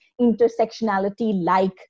intersectionality-like